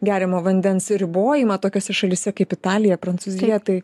geriamo vandens ribojimą tokiose šalyse kaip italija prancūzija tai